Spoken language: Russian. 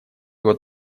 вот